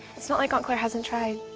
it's not like aunt clair hasn't tried.